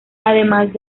además